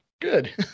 good